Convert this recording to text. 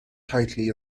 tightly